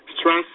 stress